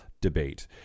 debate